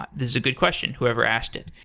but this is a good question, whoever asked it.